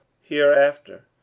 hereafter